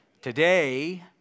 Today